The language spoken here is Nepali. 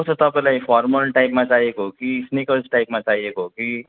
कस्तो तपाईँलाई फर्मल टाइपमा चाहिएको हो कि स्निकर टाइपमा चाहिएको हो कि